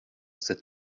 cet